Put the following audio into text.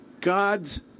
God's